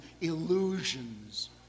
illusions